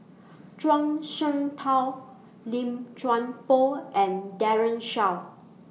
Zhuang Shengtao Lim Chuan Poh and Daren Shiau